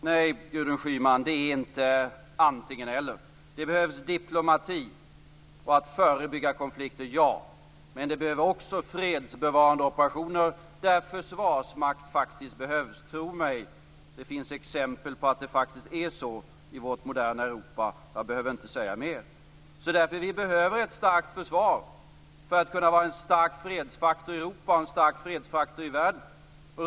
Herr talman! Nej, Gudrun Schyman, det är inte fråga om antingen-eller. Det behövs diplomati. Att förebygga konflikter - ja, men det behövs också fredsbevarande operationer där en försvarsmakt behövs, tro mig. Det finns exempel på att det faktiskt är så i vårt moderna Europa - jag behöver inte säga mer. Vi behöver ett starkt försvar för att kunna vara en stark fredsfaktor i Europa och i världen.